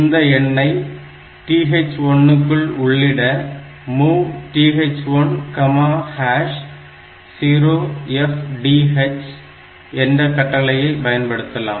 இந்த எண்ணை TH1 க்குள் உள்ளிட MOV TH10FDh என்ற கட்டளையை பயன்படுத்தலாம்